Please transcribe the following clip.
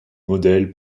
modèle